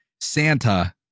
Santa